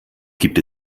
gibt